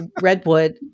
Redwood